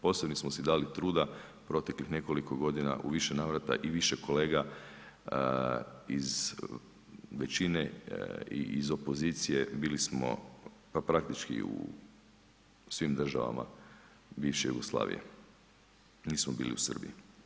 Posebno smo si dali truda proteklih nekoliko godina u više navrata i više kolega iz većine i iz opozicije bili smo praktički u svim državama bivše Jugoslavije, nismo bili u Srbiji.